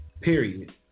period